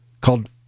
called